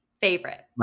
Favorite